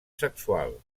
sexual